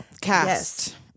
cast